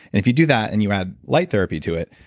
if you do that and you add light therapy to it,